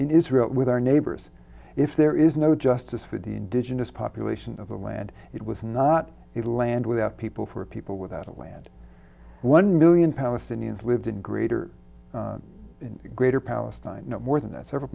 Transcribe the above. in israel with our neighbors if there is no justice for the indigenous population of the land it was not a land without people for people without a land one million palestinians lived in greater greater palestine no more than that several